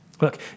Look